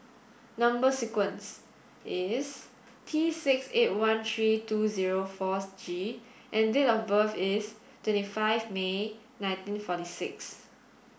number sequence is T six eight one three two zero four G and date of birth is twenty five May nineteen forty six